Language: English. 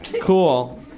Cool